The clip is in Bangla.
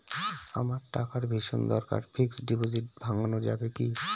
আমার টাকার ভীষণ দরকার ফিক্সট ডিপোজিট ভাঙ্গানো যাবে কি?